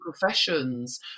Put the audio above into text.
professions